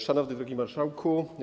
Szanowny i Drogi Marszałku!